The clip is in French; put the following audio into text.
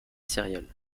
céréales